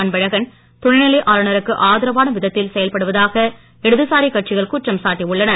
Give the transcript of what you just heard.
அன்பழகன் துணைநிலை ஆளுநருக்கு ஆதரவான விதத்தில் செயல்படுவதாக இடதுசாரி கட்சிகள் குற்றம் சாட்டியுள்ளன